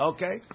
Okay